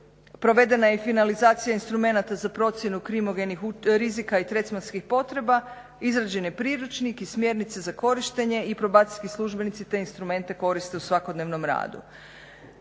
provedena je i finalizacija instrumenata za procjenu krimogenih rizika i tretmanskih potreba, izrađen je priručnik i smjernice za korištenje i probacijski službenici te instrumente koriste u svakodnevnom radu.